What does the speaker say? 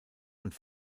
und